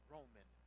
Roman